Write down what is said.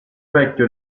vecchio